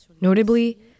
Notably